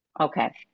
Okay